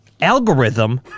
algorithm